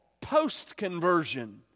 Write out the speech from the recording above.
post-conversion